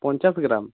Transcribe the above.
পঞ্চাশ গ্রাম